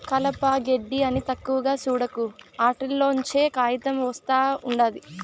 కలప, గెడ్డి అని తక్కువగా సూడకు, ఆటిల్లోంచే కాయితం ఒస్తా ఉండాది